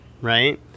Right